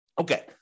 Okay